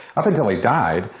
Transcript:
up until he died,